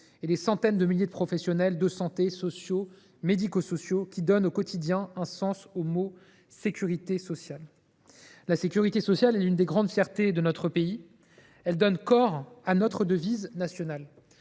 et les centaines de milliers des professionnels de santé, sociaux, médico sociaux qui donnent au quotidien un sens aux mots « sécurité sociale ». La sécurité sociale est l’une des grandes fiertés de notre pays. Elle donne corps à notre devise nationale